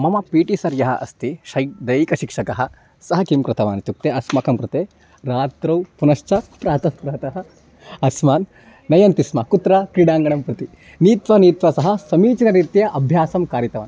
मम P T sir यः अस्ति शै दैहिकशिक्षकः सः किं कृतवान् इत्य्क्ते अस्माकं कृते रात्रौ पुनश्च प्रातः प्रातः अस्मान् नयन्ति स्म कुत्र क्रीडाङ्गणं प्रति नीत्वा नीत्वा सः समीचीनरीत्या अभ्यासं कारितवान्